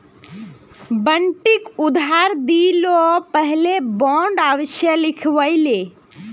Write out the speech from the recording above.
बंटिक उधार दि ल पहले बॉन्ड अवश्य लिखवइ ले